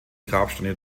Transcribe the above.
grabsteine